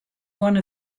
one